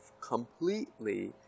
completely